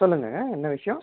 சொல்லுங்கங்க என்ன விஷயம்